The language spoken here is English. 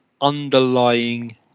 underlying